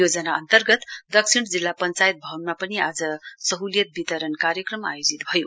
योजना अन्तर्गत दक्षिण जिल्ला पञ्चायत भवनमा पनि आज सह्लियत वितरण कार्यक्रम आयोजित भयो